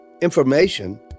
information